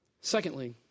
Secondly